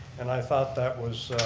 and i thought that was